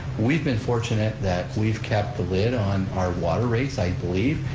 we've been fortunate that we've kept the lid on our water rates, i believe,